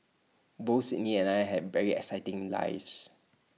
both Sydney and I had very exciting lives